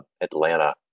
Atlanta